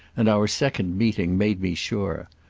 and our second meeting made me sure.